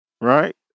right